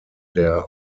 der